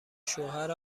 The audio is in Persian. شوهر